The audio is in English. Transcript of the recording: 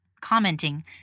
commenting